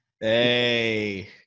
Hey